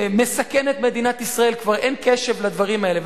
"מסכן את מדינת ישראל" כבר אין קשב לדברים האלה,